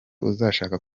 uzashaka